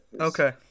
Okay